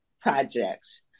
projects